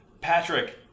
Patrick